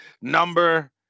number